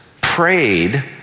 prayed